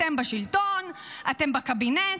אתם בשלטון, אתם בקבינט,